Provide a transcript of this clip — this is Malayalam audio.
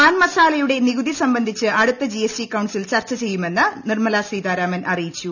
പാൻ മസാലയുടെ നികുതി സ്ക്ല്ബ്ന്ധിച്ച് അടുത്ത ജിഎസ്ടി കൌൺസിൽ ചർച്ച ചെയ്യുമെന്ന് ൂർഗ്രീമുതി നിർമ്മലാ സീതാരാമൻ അറിയിച്ചു